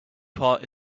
part